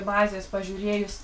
bazės pažiūrėjus